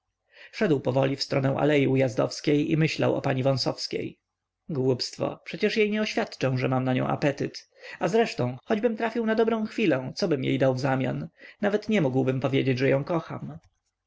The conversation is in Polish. szedł powoli w stronę alei ujazdowskiej i myślał o pani wąsowskiej głupstwo przecież jej nie oświadczę że mam na nią apetyt a zresztą choćbym trafił na dobrą chwilę cobym dał jej wzamian nawet nie mógłbym powiedzieć że ją kocham